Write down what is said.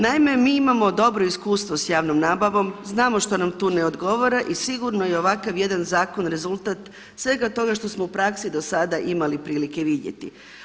Naime mi imao dobro iskustvo sa javnom nabavom, znamo što nam tu ne odgovara i sigurno je ovakav jedan zakon rezultat svega toga što smo u praksi sada imali prilike i vidjeti.